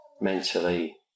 mentally